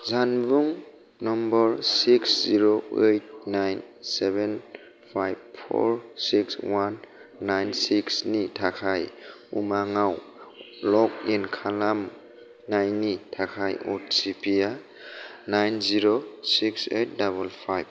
जानबुं number six zero eight nine seven five four six one nine सिक्सनि थाखाय उमांगआव लग इन खालामनायनि थाखाय अ टि पिआ नाइन जिर' सिक्स ओइट दाबोल फाइब